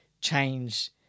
change